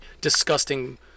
disgusting